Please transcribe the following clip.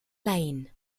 leine